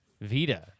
Vita